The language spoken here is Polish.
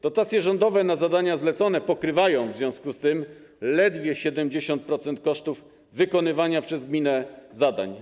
Dotacje rządowe na zadania zlecone pokrywają w związku z tym ledwie 70% kosztów wykonywania przez gminę zadań.